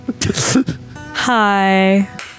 Hi